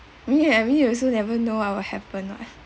me I mean you also never know what will happen what